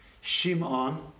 Shimon